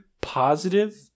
positive